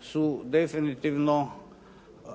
su definitivno moguće